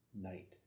night